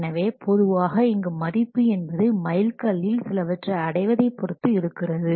எனவே பொதுவாக இங்கு மதிப்பு என்பது மைல் கல்லில் சிலவற்றை அடைவதை பொருத்து இருக்கிறது